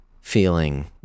feeling